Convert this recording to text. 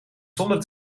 zonder